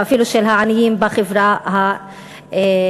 ואפילו של העניים בחברה היהודית.